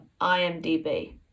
IMDb